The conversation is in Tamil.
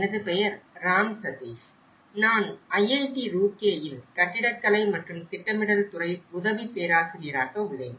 எனது பெயர் ராம் சதீஷ் நான் ஐஐடி ரூர்கேயில் கட்டிடக்கலை மற்றும் திட்டமிடல் துறை உதவி பேராசிரியராக உள்ளேன்